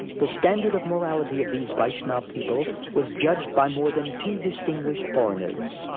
the standard of morality of these vaishnava people was judged by more than two distinguished foreigners.